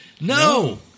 No